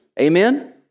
Amen